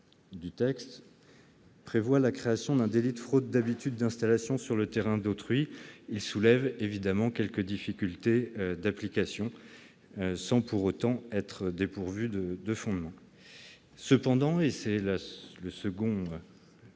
8, qui prévoit la création d'un délit de fraude d'habitude d'installation sur le terrain d'autrui, soulève quelques difficultés d'application, sans pour autant être dépourvu de fondement. Cela étant, nous soutenons